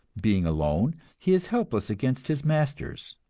being alone, he is helpless against his masters,